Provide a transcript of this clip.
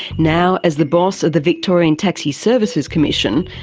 now as the boss of the victorian taxi services commission,